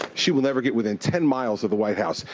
she will never get within ten miles of the white house.